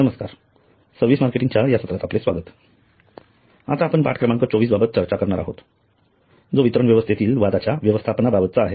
नमस्कार service marketing च्या या सत्रात आपले स्वागत आता आपण पाठ क्रमांक २४ बाबत चर्चा करणार आहोत जो वितरण व्यवस्थेतील वादाच्या व्यवस्थापनाबाबत आहे